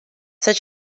such